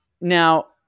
Now